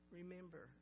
Remember